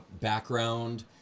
Background